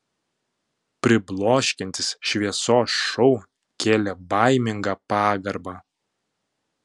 pribloškiantis šviesos šou kėlė baimingą pagarbą